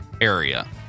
area